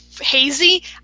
hazy